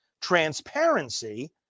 transparency